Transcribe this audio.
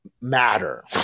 matter